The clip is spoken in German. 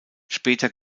später